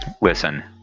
Listen